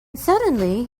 suddenly